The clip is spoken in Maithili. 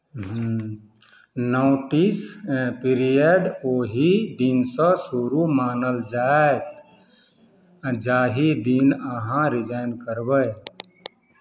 नोटिस पीरियड ओही दिनसँ शुरू मानल जायत जाहि दिन अहाँ रिजाइन करबै